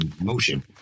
motion